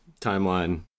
timeline